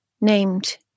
named